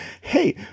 hey